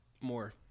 More